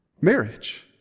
Marriage